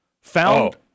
Found